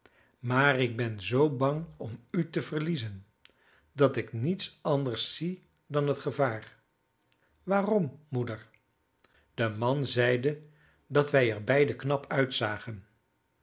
maar ik ben zoo bang om u te verliezen dat ik niets anders zie dan het gevaar waarom moeder de man zeide dat wij er beide knap uitzagen